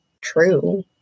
true